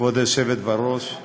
כבוד היושבת בראש,